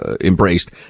embraced